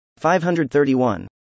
531